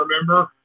remember